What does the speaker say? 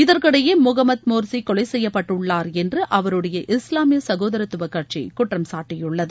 இதற்கிடையே Mohammed Morsi கொலை செய்யப்பட்டுள்ளார் என்று அவருடைய இஸ்லாமிய சகோதரத்துவக் கட்சி குற்றம்சாட்டியுள்ளது